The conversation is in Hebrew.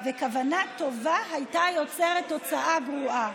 וכוונה טובה הייתה יוצרת תוצאה גרועה.